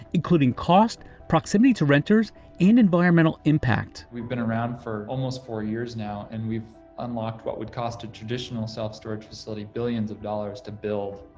including cost, proximity to renters and environmental impact. we've been around for almost four years now and we've we've unlocked what would cost a traditional self-storage facility billions of dollars to build.